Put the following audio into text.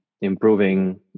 improving